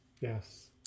Yes